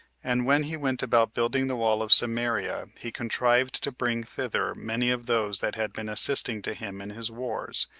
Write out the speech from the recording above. and when he went about building the wall of samaria, he contrived to bring thither many of those that had been assisting to him in his wars,